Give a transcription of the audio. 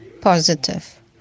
positive